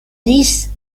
dix